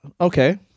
okay